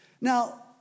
Now